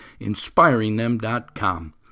inspiringthem.com